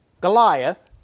Goliath